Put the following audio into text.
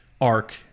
arc